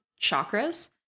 chakras